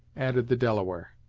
added the delaware.